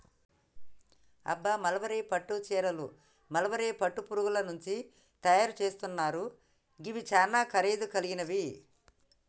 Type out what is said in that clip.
అబ్బ మల్బరీ పట్టు సీరలు మల్బరీ పట్టు పురుగుల నుంచి తయరు సేస్తున్నారు గివి సానా ఖరీదు గలిగినవి